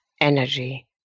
energy